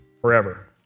forever